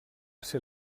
ser